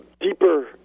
deeper